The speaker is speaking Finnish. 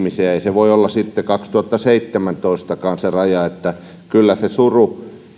voi olla sitten kaksituhattaseitsemäntoistakaan kyllä läheisten suru